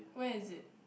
where is it